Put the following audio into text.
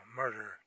murder